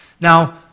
Now